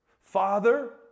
Father